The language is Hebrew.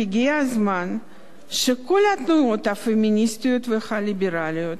הגיע הזמן שכל התנועות הפמיניסטיות והליברליות